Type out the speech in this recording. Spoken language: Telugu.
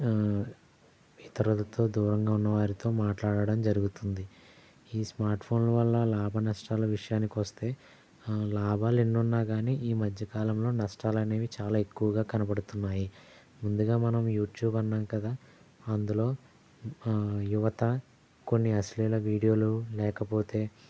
ఇతరులతో దూరంగా ఉన్నవారితో మాట్లాడడం జరుగుతుంది ఈ స్మార్ట్ఫోన్ల వల్ల లాభ నష్టాల విషయానికి వస్తే లాభలెన్ని ఉన్నా కాని ఈ మధ్య కాలంలో నష్టాలు అనేవి చాలా ఎక్కువగా కనబడుతున్నాయి ముందుగా మనం యుట్యూబ్ అన్నాం కదా అందులో ఆ యువత కొన్ని ఆశ్లీల విడియోలు లేకపోతే